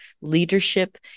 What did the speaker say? leadership